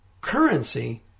currency